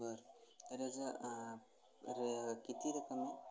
बरं तर याचं र किती रक्कम आहे